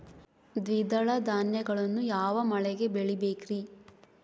ದ್ವಿದಳ ಧಾನ್ಯಗಳನ್ನು ಯಾವ ಮಳೆಗೆ ಬೆಳಿಬೇಕ್ರಿ?